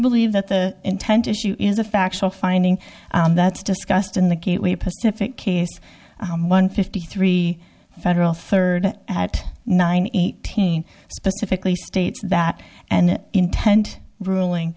believe that the intent issue is a factual finding that's discussed in the gateway pacific case one fifty three federal third at nine eighteen specifically states that and intend ruling